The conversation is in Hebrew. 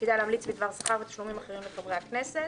שתפקידה להמליץ בדבר שכר ותשלומים אחרים לחברי הכנסת.